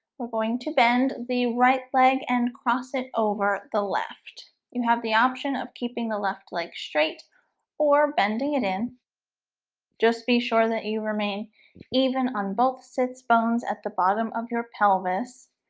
we're going to bend the right leg and cross it over the left you have the option of keeping the left leg straight or bending it in just be sure that you remain even on both sits bones at the bottom of your pelvis,